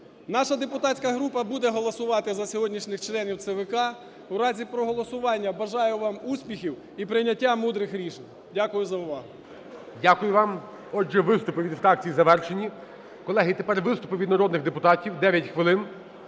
Наша депутатська група буде голосувати за сьогоднішніх членів ЦВК. У разі проголосування, бажаю вам успіхів і прийняття мудрих рішень. Дякую за увагу. ГОЛОВУЮЧИЙ. Дякую вам. Отже, виступи від фракцій завершені. Колеги, тепер виступи від народних депутатів, 9 хвилин.